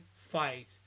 fight